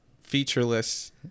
featureless